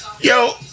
Yo